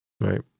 Right